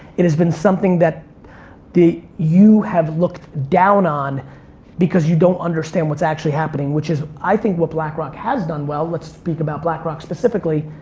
it has been something that you have looked down on because you don't understand what's actually happening, which is, i think what blackrock has done well, let's speak about blackrock specifically,